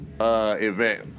Event